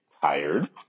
tired